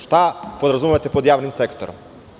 Šta podrazumevate pod javnim sektorom?